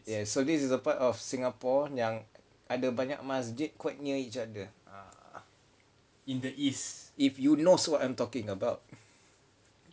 yes so this is a part of singapore yang ada banyak masjid quite near each other ah if you knows what I'm talking about